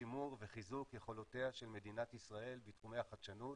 שימור וחיזוק יכולותיה של מדינת ישראל בתחומי החדשנות,